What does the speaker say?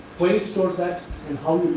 why it stores that and how